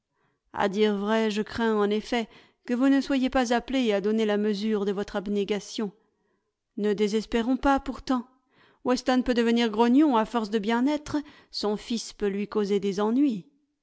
à dire vrai je crains en effet que vous ne soyez pas appelée à donner la mesure de votre abnégation ne désespérons pas pourtant weston peut devenir grognon à force de bien-être son fils peut lui causer des ennuis